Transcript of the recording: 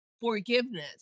forgiveness